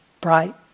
bright